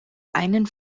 einen